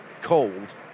cold